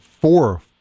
four